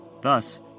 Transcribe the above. Thus